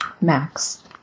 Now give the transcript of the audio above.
Max